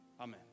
Amen